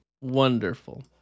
Wonderful